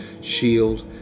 shield